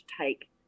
take